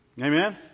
Amen